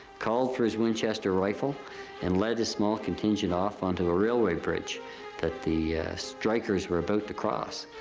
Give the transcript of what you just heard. called for his winchester rifle and led a small contingent off onto a railway bridge that the strikers were about to cross.